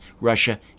Russia